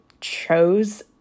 chose